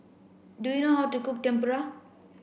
do you know how to cook Tempura